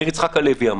מאיר יצחק הלוי אמר,